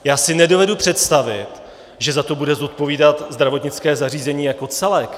Já si nedovedu představit, že za to bude zodpovídat zdravotnické zařízení jako celek.